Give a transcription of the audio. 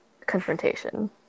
confrontation